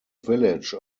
village